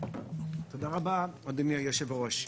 תודה רבה, אדוני היושב-ראש.